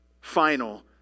final